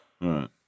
right